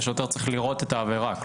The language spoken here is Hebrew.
השוטר צריך לראות את העבירה.